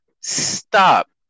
stop